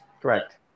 Correct